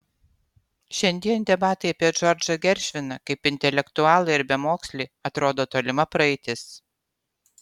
šiandien debatai apie džordžą geršviną kaip intelektualą ir bemokslį atrodo tolima praeitis